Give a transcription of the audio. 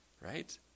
Right